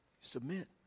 Submit